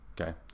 Okay